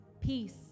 peace